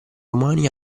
umani